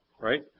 Right